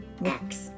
Next